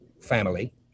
family